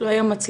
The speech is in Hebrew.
לא היו מצלמות,